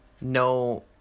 No